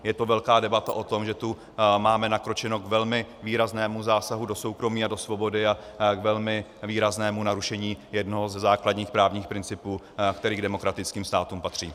Je to velká debata o tom, že tu máme nakročeno k velmi výraznému zásahu do soukromí a do svobody a k velmi výraznému narušení jednoho ze základních právních principů, který k demokratickým státům patří.